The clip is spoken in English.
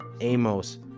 Amos